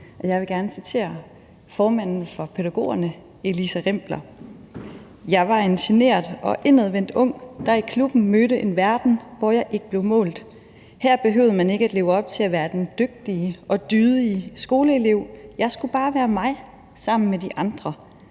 Jeg vil gerne citere formanden for BUPL, Elisa Rimpler: Jeg var en genert og indadvendt ung, der i klubben mødte en verden, hvor jeg ikke blev målt. Her behøvede man ikke at leve op til at være den dygtige og dydige skoleelev, jeg skulle bare være mig sammen med de andre,